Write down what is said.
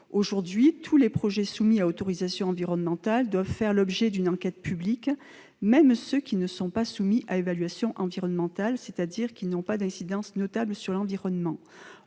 Aujourd'hui, tous les projets soumis à autorisation environnementale doivent faire l'objet d'une enquête publique, même ceux qui ne sont pas soumis à évaluation environnementale, c'est-à-dire qui n'ont pas d'incidence notable sur l'environnement.